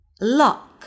Lock